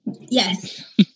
Yes